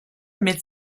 mit